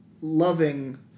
loving